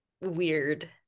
weird